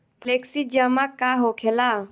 Flexi जमा का होखेला?